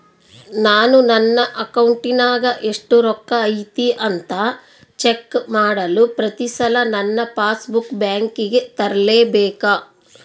ನಾನು ನನ್ನ ಅಕೌಂಟಿನಾಗ ಎಷ್ಟು ರೊಕ್ಕ ಐತಿ ಅಂತಾ ಚೆಕ್ ಮಾಡಲು ಪ್ರತಿ ಸಲ ನನ್ನ ಪಾಸ್ ಬುಕ್ ಬ್ಯಾಂಕಿಗೆ ತರಲೆಬೇಕಾ?